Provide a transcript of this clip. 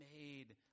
made